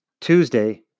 Tuesday